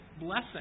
blessing